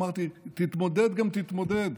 אמרתי: תתמודד גם תתמודד,